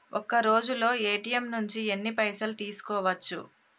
ఒక్కరోజులో ఏ.టి.ఎమ్ నుంచి ఎన్ని పైసలు తీసుకోవచ్చు?